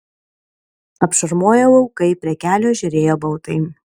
apšarmoję laukai prie kelio žėrėjo baltai